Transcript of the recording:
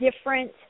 different